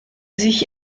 sich